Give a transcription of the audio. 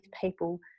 people